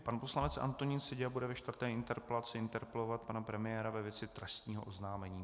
Pan poslanec Antonín Seďa bude ve čtvrté interpelaci interpelovat pana premiéra ve věci trestního oznámení.